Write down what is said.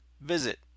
Visit